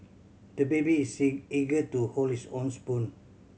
the baby is eager to hold his own spoon